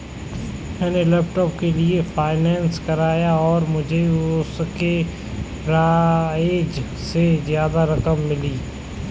मैंने लैपटॉप के लिए फाइनेंस कराया और मुझे उसके प्राइज से ज्यादा रकम मिली